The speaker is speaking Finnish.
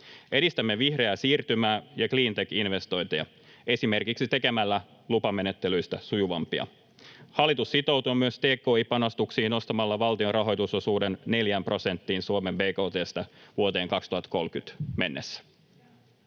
Edistämme vihreää siirtymää ja cleantech-investointeja esimerkiksi tekemällä lupamenettelyistä sujuvampia. Hallitus sitoutuu myös tki-panostuksiin nostamalla valtion rahoitusosuuden neljään prosenttiin Suomen bkt:stä vuoteen 2030 mennessä.